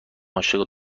عاشق